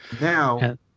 Now